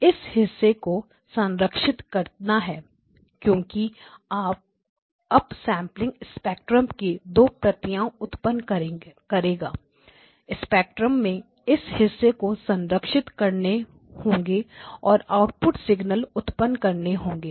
इस हिस्से को संरक्षित करना है क्योंकि अप सेंपलिंग स्पेक्ट्रम की दो प्रतियां उत्पन्न करेगा स्पेक्ट्रम में इस हिस्से को संरक्षित करने होंगे और आउटपुट सिगनल output signalउत्पन्न करने होंगे